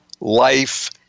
life